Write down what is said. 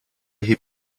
hebt